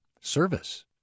service